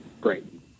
great